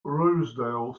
rosedale